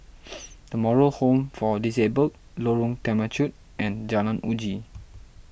the Moral Home for Disabled Lorong Temechut and Jalan Uji